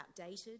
outdated